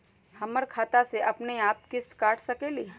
हमर खाता से अपनेआप किस्त काट सकेली?